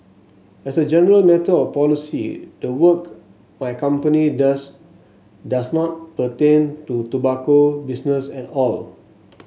as a general matter of policy the work my company does does not pertain to tobacco business at all